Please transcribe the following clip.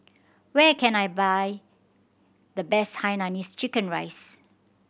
where can I buy the best hainanese chicken rice